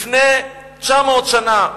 לפני 990 שנה,